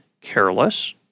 careless